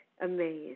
amazed